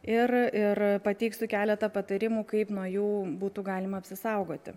ir ir pateiksiu keletą patarimų kaip nuo jų būtų galima apsisaugoti